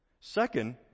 Second